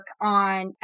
on